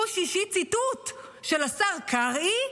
ציטוט של השר קרעי: